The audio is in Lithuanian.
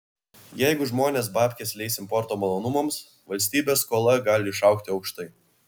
jeigu žmonės babkes leis importo malonumams valstybės skola gali išaugti aukštai